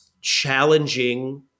challenging